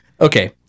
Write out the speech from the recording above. Okay